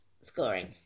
scoring